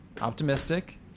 optimistic